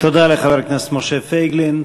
תודה לחבר הכנסת משה פייגלין.